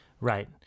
Right